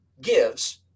gives